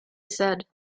said